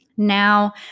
Now